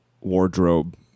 wardrobe